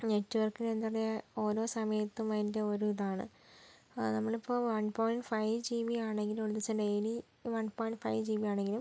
net work എന്താ പറയുക ഓരോ സമയത്തും അതിൻ്റെ ഓരോ ഇതാണ് അത് നമ്മളിപ്പോൾ one point five G B ആണെങ്കിലും ഒരു ദിവസം ഡെയിലി ഇപ്പോൾ one point five G B ആണെങ്കിലും